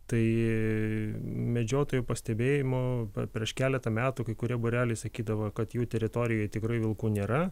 tai medžiotojų pastebėjimu prieš keletą metų kai kurie būreliai sakydavo kad jų teritorijoj tikrai vilkų nėra